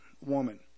woman